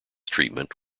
treatment